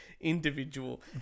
individual